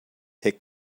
take